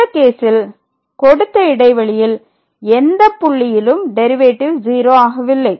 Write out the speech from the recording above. இந்த கேசில் கொடுத்த இடைவெளியில் எந்த புள்ளியிலும் டெரிவேட்டிவ் 0 ஆகவில்லை